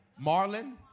Marlon